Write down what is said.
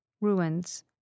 ruins